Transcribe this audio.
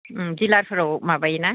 उम दिलारफोराव माबायो ना